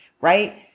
Right